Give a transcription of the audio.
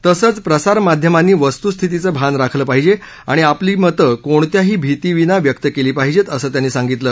तसंच प्रसारमाध्यमांनी वस्तुस्थितीचं भान राखलं पाहिजे आणि आपली मतं कोणत्याही भितीविना व्यक्त केली पाहिजेत असं त्यांनी सांगितलं